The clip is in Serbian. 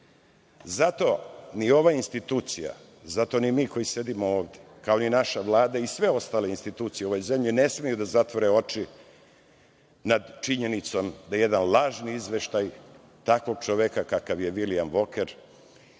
ni ova institucija, zato ni mi koji sedimo ovde, kao ni naša Vlada i sve ostale institucije u ovoj zemlji ne smeju da zatvore oči nad činjenicom da je jedan lažni izveštaj takvog čoveka kakav je Vilijam Voker